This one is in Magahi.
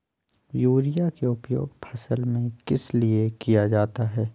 युरिया के उपयोग फसल में किस लिए किया जाता है?